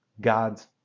God's